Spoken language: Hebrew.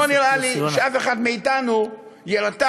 לא נראה לי שאף אחד מאתנו יירתע,